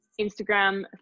instagram